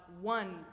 one